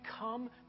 come